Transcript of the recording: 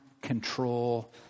control